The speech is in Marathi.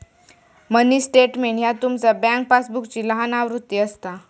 मिनी स्टेटमेंट ह्या तुमचा बँक पासबुकची लहान आवृत्ती असता